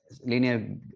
linear